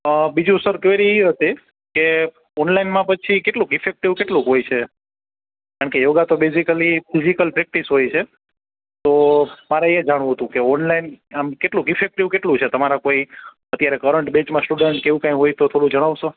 બીજું sir query ઈ હતી કે ઓનલાઈનમાં પછી કેટલુંક ઈફેક્ટિવ કેટલુંક હોય છે કારણકે યોગા તો બેઝિકલી ફિઝીકલ પ્રૅક્ટિસ હોય છે તો મારે એ જાણવુંતું કે ઓનલાઈન આમ કેટલું ઈફેક્ટિવ કેટલું છે તમારા કોઈ અત્યારે કરંટ બૅન્ચમાં સ્ટુડન્ટ કે એવું કાઇ હોય તો થોડું જણાવશો